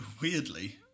weirdly